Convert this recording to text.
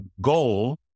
goal